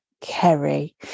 Kerry